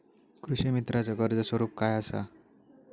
कृषीमित्राच कर्ज स्वरूप काय असा?